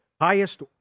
Highest